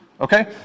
okay